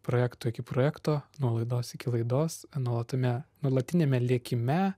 projekto iki projekto nuo laidos iki laidos nuolatiniame lėkime